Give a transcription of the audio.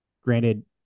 Granted